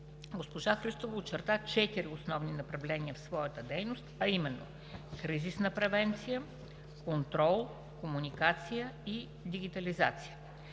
госпожа Христова очерта четири основни направления в своята дейност, а именно: кризисна превенция, контрол, комуникация и дигитализация.